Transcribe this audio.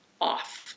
off